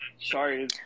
sorry